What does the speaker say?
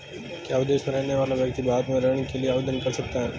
क्या विदेश में रहने वाला व्यक्ति भारत में ऋण के लिए आवेदन कर सकता है?